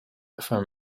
from